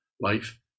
life